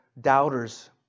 doubters